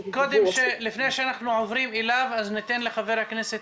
לפני שאנחנו עוברים אליו אנחנו ניתן לחבר הכנסת